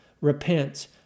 repent